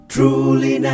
Truly